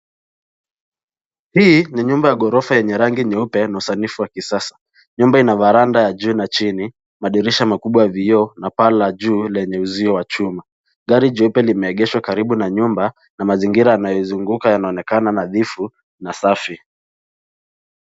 Hii ni nyumba ya gorofa yenye rangi nyeupe na usanifu wa kisasa. Nyumba ina veranda ya juu na chini madirisha makubwa ya vioo na paa la juu lenye uzio wa chuma. Gari jeupe limeegeshwa karibu na nyumba na mazingira yanayoizunguka yanaonekana nadhifu na safi.